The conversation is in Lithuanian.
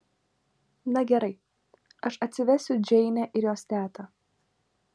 na gerai aš atsivesiu džeinę ir jos tetą